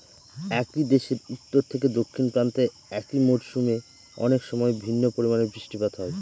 একই দেশের উত্তর থেকে দক্ষিণ প্রান্তে একই মরশুমে অনেকসময় ভিন্ন পরিমানের বৃষ্টিপাত হয়